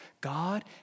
God